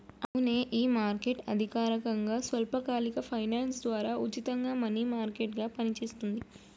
అవునే ఈ మార్కెట్ అధికారకంగా స్వల్పకాలిక ఫైనాన్స్ ద్వారా ఉచితంగా మనీ మార్కెట్ గా పనిచేస్తుంది